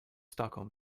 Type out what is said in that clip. stockholm